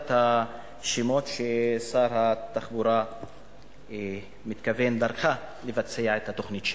ועדת השמות ששר התחבורה מתכוון דרכה לבצע את התוכנית שלו.